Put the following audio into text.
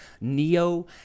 NEO